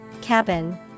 Cabin